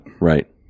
Right